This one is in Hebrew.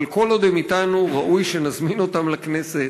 אבל כל עוד הם אתנו ראוי שנזמין אותם לכנסת,